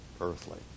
earthly